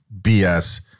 BS